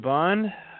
Bond